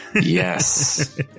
Yes